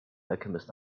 alchemist